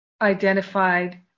identified